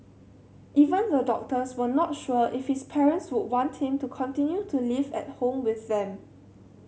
even the doctors were not sure if his parents would want him to continue to live at home with them